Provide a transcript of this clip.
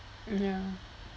ya